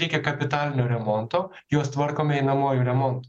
reikia kapitalinio remonto juos tvarkome einamuoju remontu